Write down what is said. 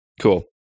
Cool